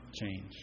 change